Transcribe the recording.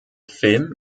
film